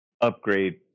upgrade